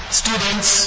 students